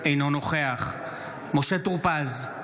אינו נוכח משה טור פז,